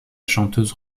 chanteuse